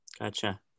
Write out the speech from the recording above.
Gotcha